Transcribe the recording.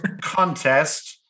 contest